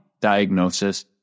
diagnosis